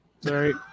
Sorry